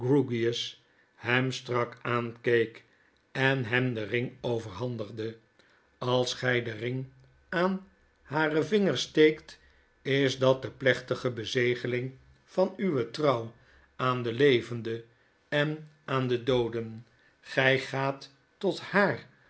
hem strak aankeek en hem den ring overhandigde als gy den ring aan haren vinger steekt is dat de plechtige bezegeling van uwe trouw aan de levende en aan de dooden gij gaat tot haar